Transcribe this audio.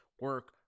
Work